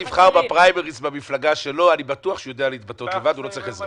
אני יודעת שזה לא קרן קרב.